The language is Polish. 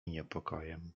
niepokojem